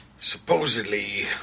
Supposedly